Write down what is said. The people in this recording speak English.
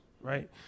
Right